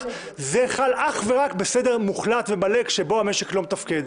חל אך ורק בסגר מוחלט ומלא שבו המשק לא מתפקד.